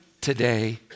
today